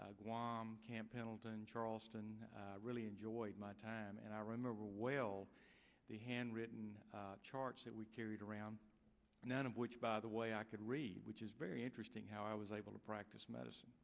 center camp pendleton charleston really enjoyed my time and i remember well the handwritten charts that we carried around none of which by the way i could read which is very interesting how i was able to practice medicine